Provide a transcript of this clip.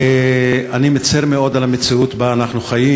אני מצר מאוד על המציאות שבה אנחנו חיים,